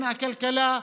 על הכלכלה,